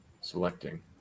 Selecting